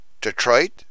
Detroit